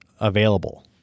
available